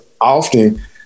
often